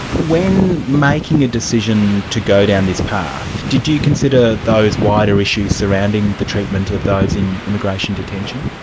when making a decision to go down this path, did you consider those wider issues surrounding the treatment of those in immigration detention?